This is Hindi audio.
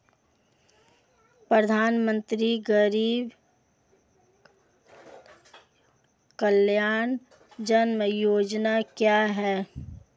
प्रधानमंत्री गरीब कल्याण जमा योजना क्या है?